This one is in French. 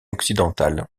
occidentale